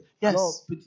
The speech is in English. Yes